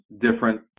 different